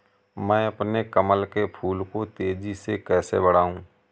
मैं अपने कमल के फूल को तेजी से कैसे बढाऊं?